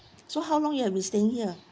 so how long you have been staying here